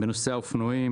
בנושא האופנועים,